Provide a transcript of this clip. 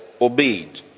obeyed